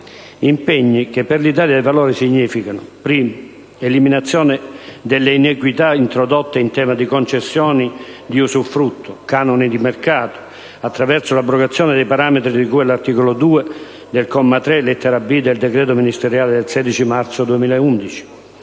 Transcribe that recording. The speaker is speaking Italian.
Impegni che per l'Italia dei Valori significano: eliminazione delle iniquità introdotte in tema di concessioni di usufrutto, canoni di mercato, attraverso l'abrogazione dei parametri di cui all'articolo 2, del comma 3, lettera *b),* del decreto ministeriale del 16 marzo 2011;